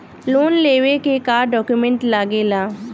Loan लेवे के का डॉक्यूमेंट लागेला?